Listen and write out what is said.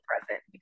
present